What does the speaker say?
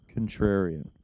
contrarian